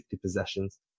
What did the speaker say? possessions